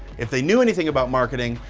if they knew anything about marketing,